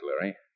Larry